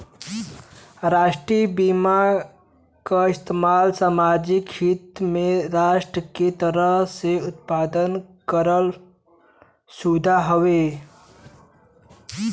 राष्ट्रीय बीमा क इस्तेमाल सामाजिक हित में राष्ट्र के तरफ से प्रदान करल गयल सुविधा हउवे